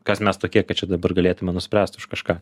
kas mes tokie kad čia dabar galėtume nuspręst už kažką